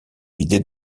vidé